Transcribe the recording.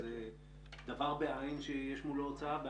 זה דבר בעין שיש מולו הוצאה בעין,